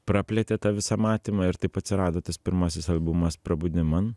praplėtė tą visą matymą ir taip atsirado tas pirmasis albumas prabudiman